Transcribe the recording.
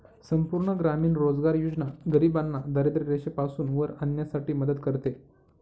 संपूर्ण ग्रामीण रोजगार योजना गरिबांना दारिद्ररेषेपासून वर आणण्यासाठी मदत करते